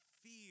fear